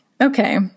Okay